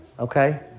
Okay